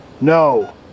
No